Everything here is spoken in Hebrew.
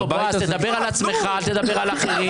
דבר על עצמך, אל תדבר על אחרים.